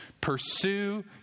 Pursue